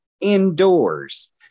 indoors